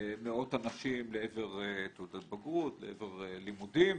מאות אנשים לעבר תעודת בגרות, לעבר לימודים.